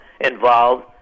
involved